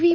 V